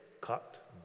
cut